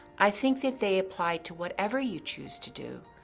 i think that they apply to whatever you choose to do,